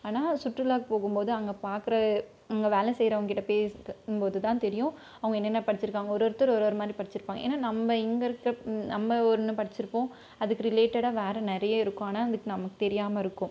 ஆனால் சுற்றுலாவுக்கு போகும்போது அங்கே பார்க்குற அங்கே வேலை செய்கிறவங்ககிட்ட பேசும்போதுதான் தெரியும் அவங்க என்னென்ன படிச்சுருக்காங்க ஒரு ஒருத்தர் ஒரு ஒரு மாதிரி படிச்சுருப்பாங்க ஏன்னால் நம்ம இங்கிருக்க நம்ம ஒன்று படிச்சுருப்போம் அதுக்கு ரிலேட்டடாக வேறு நிறையருக்கும் ஆனால் அதுக்கு நமக்கு தெரியாமலிருக்கும்